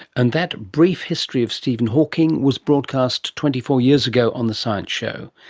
and that brief history of stephen hawking was broadcast twenty four years ago on the science show.